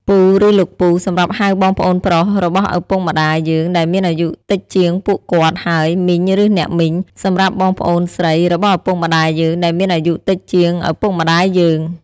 ពូ ឬលោកពូ សម្រាប់ហៅបងប្អូនប្រុសរបស់ឪពុកម្ដាយយើងដែលមានអាយុតិចជាងពួកគាត់ ហើយ មីង ឬអ្នកមីង សម្រាប់បងប្អូនស្រីរបស់ឪពុកម្ដាយយើងដែលមានអាយុតិចជាងឪពុកម្តាយយើង។